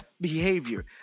behavior